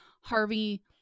Harvey